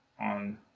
on